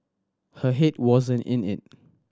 her head wasn't in it